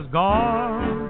gone